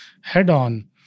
head-on